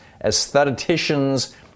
aestheticians